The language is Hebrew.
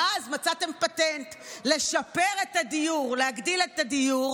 ואז מצאתם פטנט לשפר את הדיור, להגדיל את הדיור.